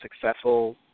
successful